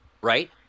Right